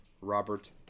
robert